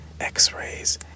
x-rays